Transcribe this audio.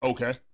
Okay